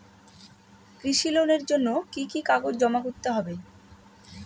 কৃষি লোনের জন্য কি কি কাগজ জমা করতে হবে?